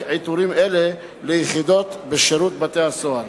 עיטורים אלה ליחידות בשירות בתי-הסוהר.